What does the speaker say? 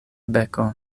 beko